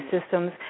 systems